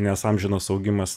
nes amžinos augimas